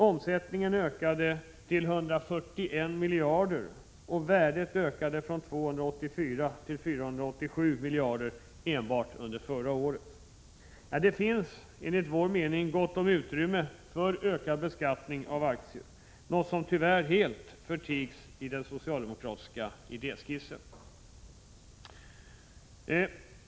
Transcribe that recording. Omsättningen ökade till 141 miljarder, och värdet ökade från 284 miljarder till 487 miljarder enbart under förra året. Det finns, enligt vår mening, gott om utrymme för ökad aktiebeskattning, något som tyvärr helt förtigs i den socialdemokratiska idéskissen.